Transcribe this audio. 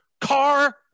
car